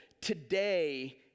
today